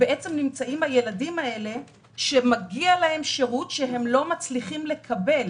נמצאים הילדים האלה שמגיע להם שירות שהם לא מצלחים לקבל.